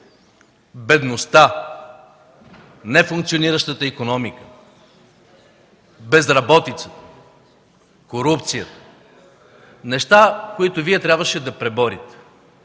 бедността, нефункциониращата икономика, безработицата, корупцията – неща, които Вие трябваше да преборите.